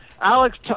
Alex